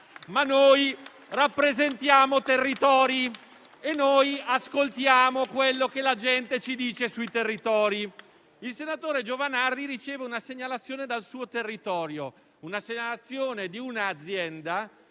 Ma noi rappresentiamo territori ed ascoltiamo quanto la gente dice sui territori. Il senatore Giovanardi ha ricevuto una segnalazione dal suo territorio da parte di un'azienda